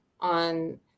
on